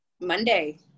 Monday